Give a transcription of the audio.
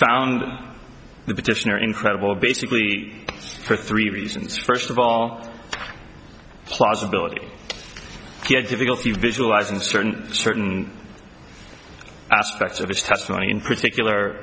found the petitioner incredible basically for three reasons first of all plausibility he had difficulty visualising certain certain aspects of his testimony in particular